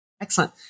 Excellent